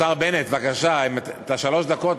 השר בנט, בבקשה, את שלוש הדקות,